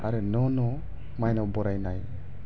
आरो न' न' मायनाव बरायनाय